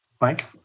Mike